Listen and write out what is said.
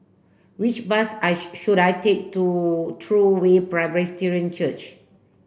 which bus I should I take to True Way Presbyterian Church